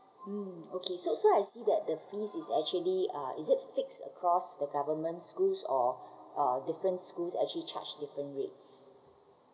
mm okay so so I see that the fees is actually uh is it fixed across the government schools or uh different schools actually charge different rates